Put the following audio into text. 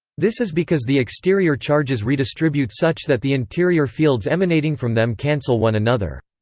this is because the exterior charges redistribute such that the interior fields emanating from them cancel one another.